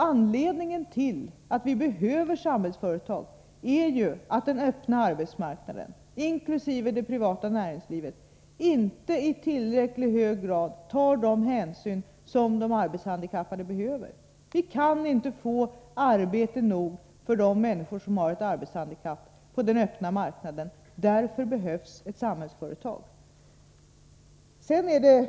Anledningen till att vi behöver Samhällsföretag är att den öppna arbetsmarknaden, inkl. det privata näringslivet, inte i tillräckligt hög grad tar de hänsyn som behövs med tanke på de arbetshandikappade. Vi kan inte få fram tillräckligt många arbeten på den öppna marknaden för de människor som har ett arbetshandikapp — därför behövs Samhällsföretag.